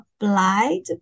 applied